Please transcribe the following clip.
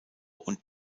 und